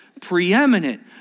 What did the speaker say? preeminent